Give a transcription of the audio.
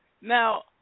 Now